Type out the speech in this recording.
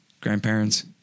grandparents